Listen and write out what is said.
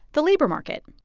the labor market.